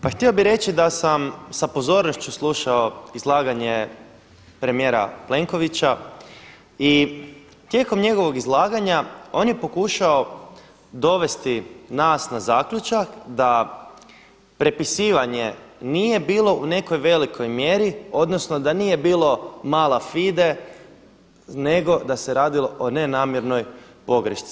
Pa htio bih reći da sam sa pozornošću slušao izlaganje premijera Plenkovića i tijekom njegovog izlaganja on je pokušao dovesti nas na zaključak da prepisivanje nije bilo u nekoj velikoj mjeri, odnosno da nije bilo mala fide, nego da se radilo o nenamjernoj pogrešci.